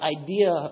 idea